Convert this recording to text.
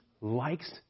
Likes